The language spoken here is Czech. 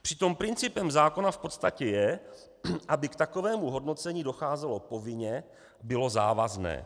Přitom principem zákona v podstatě je, aby k takovému hodnocení docházelo povinně, bylo závazné.